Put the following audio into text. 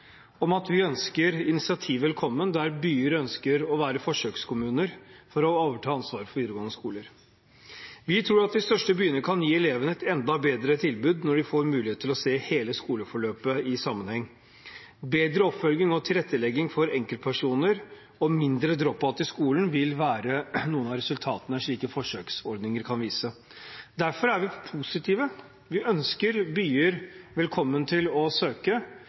om at vi ønsker initiativ velkommen, der byer ønsker å være forsøkskommuner for å overta ansvaret for videregående skoler. Vi tror at de største byene kan gi elevene et enda bedre tilbud når de får mulighet til å se hele skoleforløpet i sammenheng. Bedre oppfølging og tilrettelegging for enkeltpersoner og mindre «drop-out» i skolen vil være noen av resultatene slike forsøksordninger kan vise. Derfor er vi positive. Vi ønsker byer velkommen til å søke,